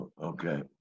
Okay